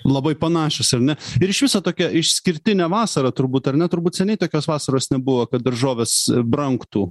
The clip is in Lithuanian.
labai panašios ar ne ir iš viso tokia išskirtinė vasara turbūt ar ne turbūt seniai tokios vasaros nebuvo kad daržovės brangtų